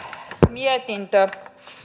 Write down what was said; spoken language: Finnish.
mietintö